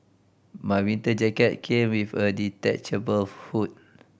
my winter jacket came with a detachable hood